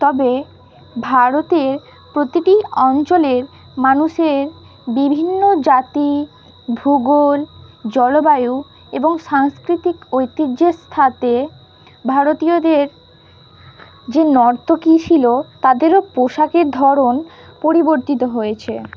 তবে ভারতের প্রতিটি অঞ্চলের মানুষের বিভিন্ন জাতি ভূগোল জলবায়ু এবং সাংস্কৃতিক ঐতিহ্যের সাথে ভারতীয়দের যে নর্তকী ছিল তাদেরও পোশাকের ধরন পরিবর্তিত হয়েছে